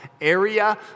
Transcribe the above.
area